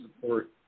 support